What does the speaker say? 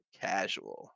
Casual